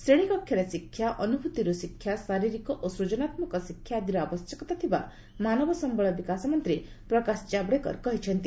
ଶ୍ରେଣୀକକ୍ଷରେ ଶିକ୍ଷା ଅନୁଭୂତିରୁ ଶିକ୍ଷା ଶାରୀରିକ ଓ ସୂଜନାତ୍ମକ ଶିକ୍ଷା ଆଦିର ଆବଶ୍ୟକତା ଥିବା ମାନବ ସମ୍ଭଳ ବିକାଶ ମନ୍ତ୍ରୀ ପ୍ରକାଶ ଜାବ୍ଡେକର କହିଛନ୍ତି